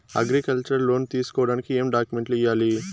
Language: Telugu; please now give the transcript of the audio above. అగ్రికల్చర్ లోను తీసుకోడానికి ఏం డాక్యుమెంట్లు ఇయ్యాలి?